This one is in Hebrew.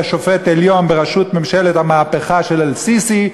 שופט עליון בראשות ממשלת המהפכה של א-סיסי,